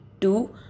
Two